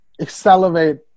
accelerate